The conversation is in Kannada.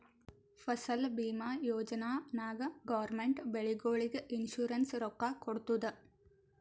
ಫಸಲ್ ಭೀಮಾ ಯೋಜನಾ ನಾಗ್ ಗೌರ್ಮೆಂಟ್ ಬೆಳಿಗೊಳಿಗ್ ಇನ್ಸೂರೆನ್ಸ್ ರೊಕ್ಕಾ ಕೊಡ್ತುದ್